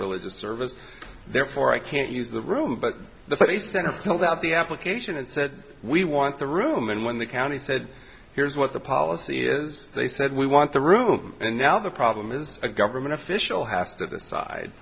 religious service therefore i can't use the room but the city center filled out the application and said we want the room and when the county said here's what the policy is they said we want the room and now the problem is a government official has to decide